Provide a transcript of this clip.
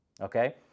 Okay